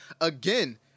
again